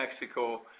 Mexico